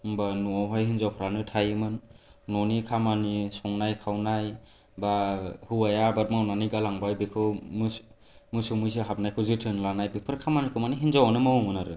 होमबा न'वावहाय हिनजावफोरानो थायोमोन न'नि खामानि संनाय खावनाय बा हौवाया आबाद मावनानै गालांबाय बेखौ मोसौ मैसो हाबनायखौ जोथोन लानाय बेफोर खामानिखौ माने हिनजावानो मावोमोन आरो